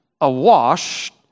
awash